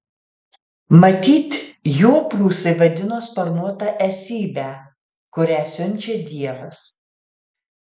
matyt juo prūsai vadino sparnuotą esybę kurią siunčia dievas